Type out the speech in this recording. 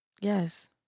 Yes